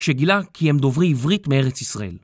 שגילה כי הם דוברי עברית מארץ ישראל.